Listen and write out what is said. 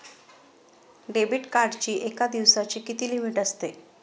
Debit कार्डची एका दिवसाची किती लिमिट असते?